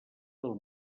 del